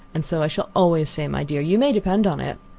and so i shall always say, my dear, you may depend on it.